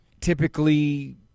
Typically